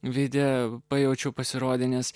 veide pajaučiau pasirodė nes